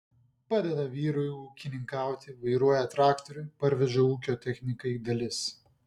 padeda vyrui ūkininkauti vairuoja traktorių parveža ūkio technikai dalis